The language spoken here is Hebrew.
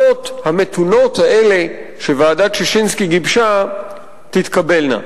ההמלצות המתונות האלה שוועדת-ששינסקי גיבשה תתקבלנה.